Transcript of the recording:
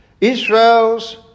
Israel's